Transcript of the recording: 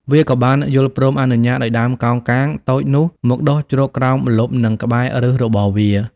វាក៏បានយល់ព្រមអនុញ្ញាតឲ្យដើមកោងកាងតូចនោះមកដុះជ្រកក្រោមម្លប់និងក្បែរប្ញសរបស់វា។